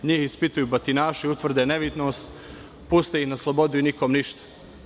Njih ispituju batinaši, utvrde nevinost, puste iz na slobodu i nikom ništa.